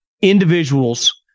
individuals